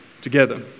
together